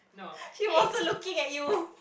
he wasn't looking at you